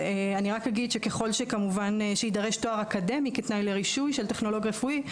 ככל שיידרש תואר אקדמי כתנאי לרישוי של טכנולוג רפואי,